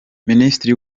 minisitiri